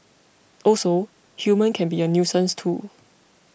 also humans can be a nuisance too